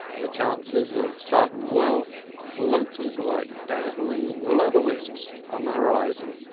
the chances of sudden wealth floated like dazzling will o' the wisps on the horizon,